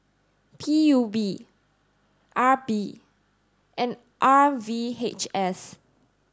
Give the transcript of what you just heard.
P U B R P and R V H S